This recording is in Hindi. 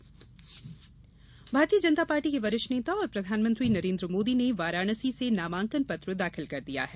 नामांकन भारतीय जनता पार्टी के वरिष्ठ नेता और प्रधानमंत्री नरेन्द्र मोदी ने वाराणसी से नामांकन पत्र दाखिल कर दिया है